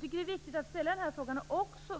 den? Det är viktigt att ställa den frågan.